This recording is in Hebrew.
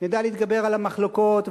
נדע להתגבר על המחלוקת,